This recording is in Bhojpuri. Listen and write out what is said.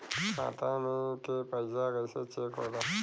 खाता में के पैसा कैसे चेक होला?